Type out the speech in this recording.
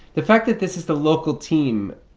the fact that this is the local team,